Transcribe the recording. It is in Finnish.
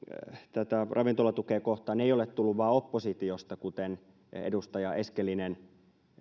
tätä ravintolatukea kohtaan ei ole tullut vain oppositiosta kuten edustaja eskelinen